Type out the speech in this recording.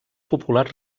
populars